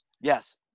Yes